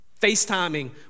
FaceTiming